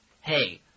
Hey